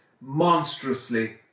monstrously